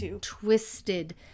twisted